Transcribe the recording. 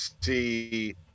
see